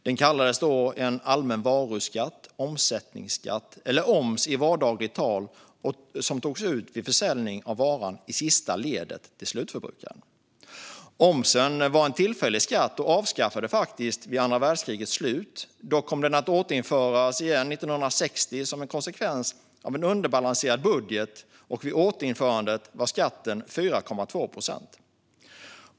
Den kallades då en allmän varuskatt, omsättningsskatt eller oms i vardagligt tal, och den togs ut vid försäljning av varan i sista ledet till slutförbrukaren. Omsen var en tillfällig skatt och avskaffades faktiskt vid andra världskrigets slut. Dock kom den att återinföras igen 1960 som en konsekvens av en underbalanserad budget, och vid återinförandet var skatten 4,2 procent.